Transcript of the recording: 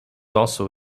also